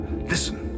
Listen